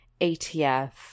ATF